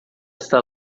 esta